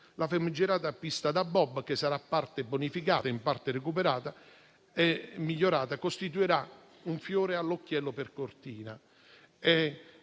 La famigerata pista da bob, che sarà in parte bonificata e in parte recuperata e migliorata, costituirà un fiore all'occhiello per Cortina.